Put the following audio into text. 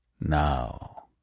Now